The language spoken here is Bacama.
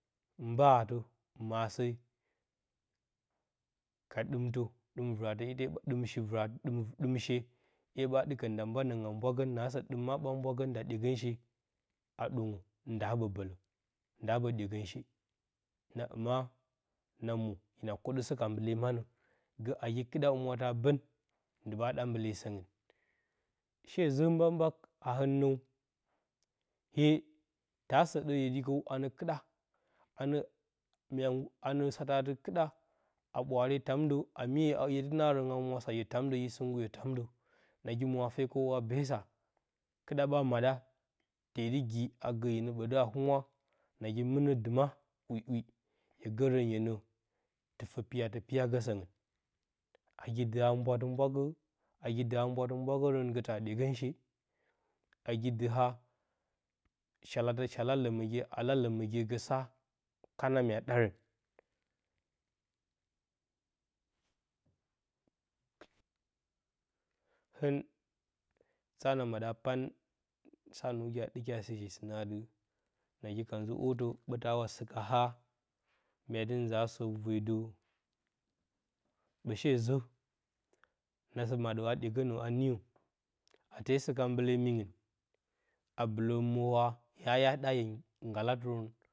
Mbaatə maase ka ɗɨmtə ɗɨmt vɨratə ɗim ɗɨmshe, ɗɨmshi vɨrantə, ɗɨmshe ‘ye ɓaa ɗɨkə nda mba nəngɨn a mbwagən, naasə ɗɨm ma ɓaa mbwagən, nda ɗyegənsa ɗwəngə, nda a ɓə bələ. nda aɓə ɗye gənshe na hɨma na mwo na kwodəsə ka mbale manə, gə nagi kɨɗa humwa tə a bən ndɨ ɓaa ɗa mbale səngɨn shezə mbak-mbak na hɨn nəw hye ta səɗə yedi kəw a nə kɨdə, a nə mya nggu anə satə adɨ kɨɗa, a ɓwaare yo tamdə, a mye hye dɨ naarən yo tamdə yo sɨnggyyo tamdə nagi mwafe kəw a beesa, kɨɗa ɓag maɗa, tee dɨ gi a gə hyenə ɓədɨ a humwa, nagi mɨnə dɨma ‘wi ‘wi, hye gərən hyenə tɨfə piya tə piyagə səngɨn mgi dɨ a mbwatə, nagi dɨ a mbwatə mbwagərən gə ta ɗyegonshe magi di he shalatə shala-ləməgye alaləm əgye gə sa kana mya ɗaarən hɨn sa na maɗə a pan, sa nuwogi a ɗɨki a sɨshi sɨnə a dɨ nagi ka nzə orətə ɓə tawa sɨka haa mya dɨ nzaa sopuwe də ɓə sheezə nasɨ maɗə a ɗyegənə a niyo, a te sɨka mbale mingɨn a bɨlərən mwoha, ya hya ɗa, hye nggalatɨrən.